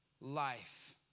life